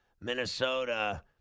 Minnesota